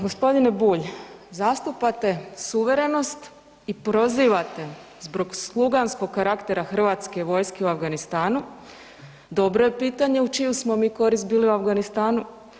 Gospodine Bulj zastupate suverenost i prozivate zbog sluganskog karaktera Hrvatske vojske u Afganistanu, dobro je pitanje u čiju smo mi korist bili u Afganistanu.